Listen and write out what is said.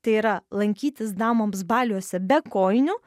tai yra lankytis damoms baliuose be kojinių